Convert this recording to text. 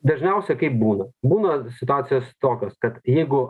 dažniausiai kaip būna būna situacijos tokios kad jeigu